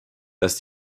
dass